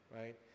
right